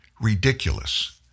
ridiculous